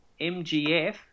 mgf